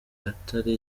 atari